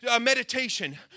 meditation